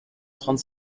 trente